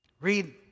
Read